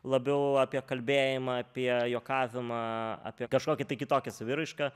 labiau apie kalbėjimą apie juokavimą apie kažkokią tai kitokią saviraišką